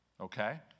Okay